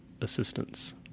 assistance